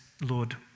Lord